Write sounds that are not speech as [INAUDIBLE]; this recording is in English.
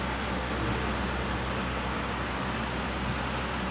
[LAUGHS] I'm so proud of